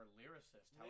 lyricist